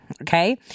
Okay